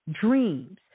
dreams